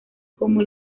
como